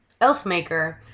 Elfmaker